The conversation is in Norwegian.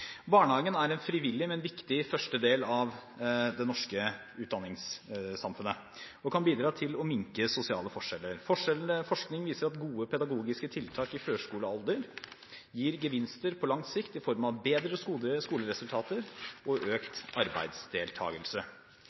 Barnehagen er en frivillig, men viktig første del av det norske utdanningssamfunnet og kan bidra til å minske sosiale forskjeller. Forskning viser at gode pedagogiske tiltak i førskolealder gir gevinster på lang sikt i form av bedre skoleresultater og økt